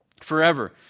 forever